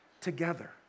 together